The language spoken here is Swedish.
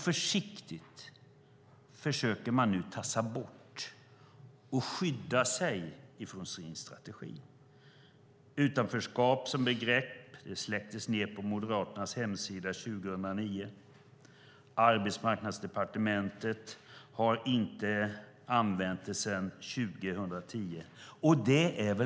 Försiktigt försöker man nu tassa bort och skydda sig från sin strategi. Utanförskap som begrepp släcktes ned på Moderaternas hemsida 2009. Arbetsmarknadsdepartementet har inte använt det sedan 2010. Det är bra.